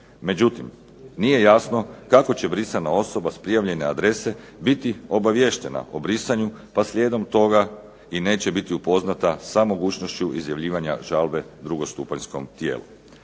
Međutim, nije jasno kako će brisana osoba s prijavljene adrese biti obaviještena o brisanju pa slijedom toga i neće biti upoznata sa mogućnošću izjavljivanja žalbe drugostupanjskom tijelu.